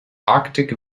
arctic